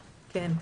כן.